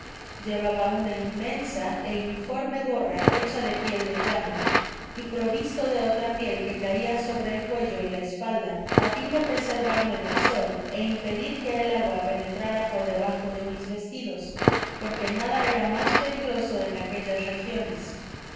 llevaba una inmensa é informe gorra hecha de piel de llama y provisto de otra piel que caia sobre el cuello y la espalda á fin de preservarme del sol ó impedir que el agua penetrara por debajo de mis vestidos porque nada era mas peligroso en aquellas regiones